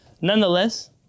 Nonetheless